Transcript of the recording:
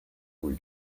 cui